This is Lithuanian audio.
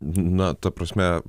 na ta prasme